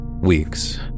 Weeks